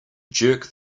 jerk